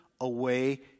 away